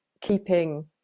keeping